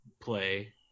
play